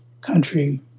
country